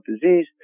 disease